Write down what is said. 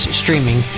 streaming